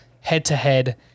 head-to-head